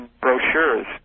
brochures